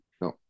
No